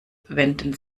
wenden